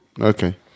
Okay